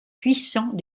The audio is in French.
puissants